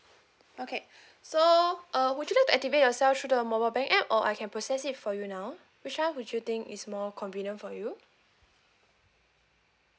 okay so uh would you like to activate yourself through the mobile bank app or I can process it for you now which one would you think is more convenient for you